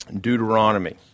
Deuteronomy